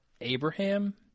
abraham